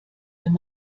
wenn